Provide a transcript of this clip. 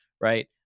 right